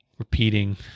repeating